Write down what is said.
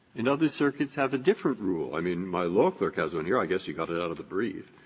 and other circuits have a different rule. i mean, my law clerk has one here. i guess she got it out of the brief.